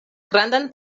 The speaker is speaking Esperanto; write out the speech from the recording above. grandan